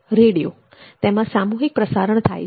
radio તેમાં સામૂહિક પ્રસારણ થાય છે